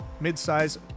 mid-size